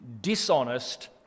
dishonest